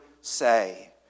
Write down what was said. say